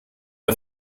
der